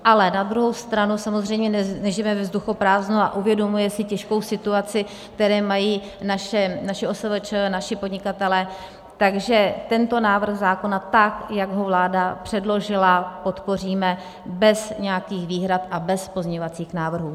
Ale na druhou stranu samozřejmě nežijeme ve vzduchoprázdnu a uvědomujeme si těžkou situaci, kterou mají naše OSVČ, naši podnikatelé, takže tento návrh zákona tak, jak ho vláda předložila, podpoříme bez nějakých výhrad a bez pozměňovacích návrhů.